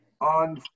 on